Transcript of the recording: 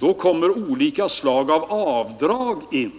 och olika slag av avdrag in.